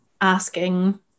asking